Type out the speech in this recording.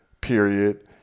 period